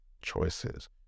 choices